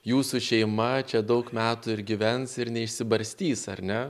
jūsų šeima čia daug metų ir gyvens ir neišsibarstys ar ne